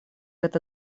эта